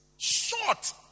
Short